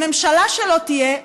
לממשלה שלא תהיה,